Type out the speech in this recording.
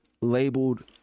labeled